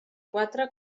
quatre